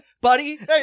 buddy